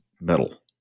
metal